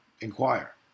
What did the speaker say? inquire